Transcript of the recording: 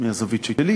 מהזווית שלי,